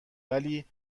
ولی